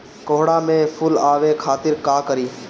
कोहड़ा में फुल आवे खातिर का करी?